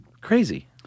crazy